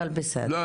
אבל בסדר,